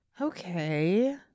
Okay